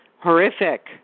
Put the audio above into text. horrific